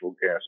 gas